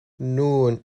nun